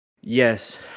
yes